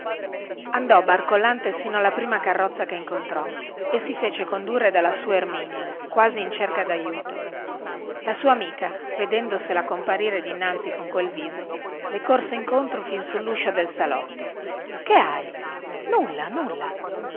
andò barcollante sino alla prima carrozza che incontrò e si fece condurre dalla sua erminia quasi in cerca di aiuto la sua amica vedendosela comparire dinanzi con quel viso le corse incontro fin sulluscio del salotto che hai nulla nulla